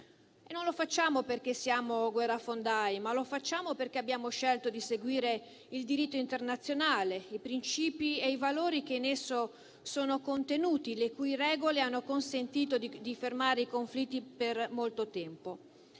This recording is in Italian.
non lo facciamo perché siamo guerrafondai, ma lo facciamo perché abbiamo scelto di seguire il diritto internazionale, i principi e i valori che in esso sono contenuti, le cui regole hanno consentito di fermare i conflitti per molto tempo.